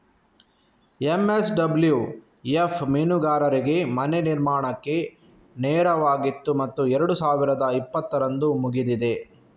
NSWF ಮೀನುಗಾರರಿಗೆ ಮನೆ ನಿರ್ಮಾಣಕ್ಕೆ ನೆರವಾಗಿತ್ತು ಮತ್ತು ಎರಡು ಸಾವಿರದ ಇಪ್ಪತ್ತರಂದು ಮುಗಿದಿದೆ